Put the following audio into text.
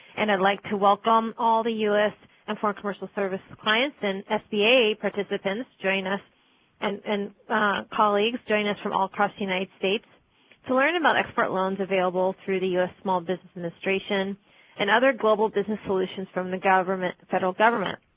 and i'd like to welcome all the u s. and foreign commercial service clients and sba participants joining us and and colleagues joining us from all across the united states to learn about export loans available through the u s. small business administration and other global business solutions from the federal government.